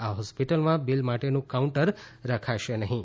આ હોસ્પિટલમાં બિલ માટેનું કાઉન્ટર રખાશે નહીં